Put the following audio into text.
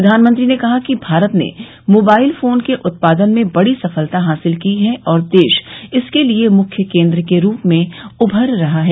प्रधानमंत्री ने कहा कि भारत ने मोबाइल फोन के उत्पादन में बड़ी सफलता हासिल की है और देश इसके एक मुख्य केन्द्र के रूप में उभर रहा है